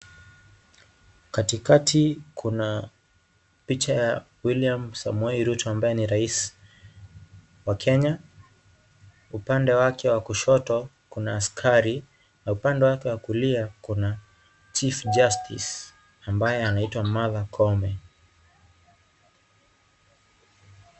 Katikati kuna picha ya William Samoei Ruto ambaye ni rais wa Kenya upande yake ya kushoto kuna askari na upande wake wa kulia kuna chief justice ambaye anaitwa Martha Koome.